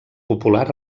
popular